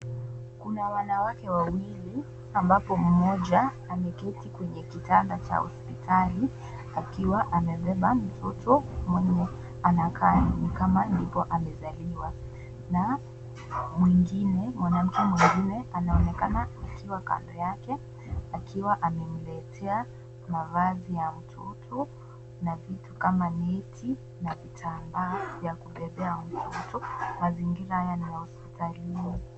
Kuna wanawake wawili ambapo kuna mmoja ameketi kwenye kitanda ya hodpitali akiwa amebeba mtoto mwenye anakaa ndiyo amezaliwa na mwanamke mwingine anaonekana akiwaa kando yake akiwa amemletea mavazi ya mtoto na vitu kama viti na kitambaa ya kubebea mtoto .Mazingira haya ni ya hosptalini.